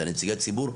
את נציגי הציבור.